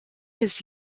his